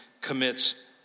commits